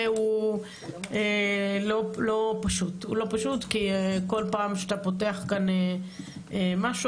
הוא לא פשוט כי כל פעם שאתה פותח כאן משהו